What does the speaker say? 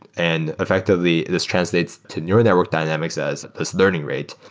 and effectively, this translates to neural network dynamics as this learning rate.